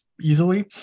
easily